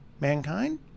mankind